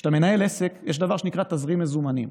כשאתה מנהל עסק יש דבר שנקרא תזרים מזומנים,